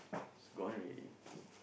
it's gone already